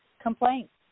complaints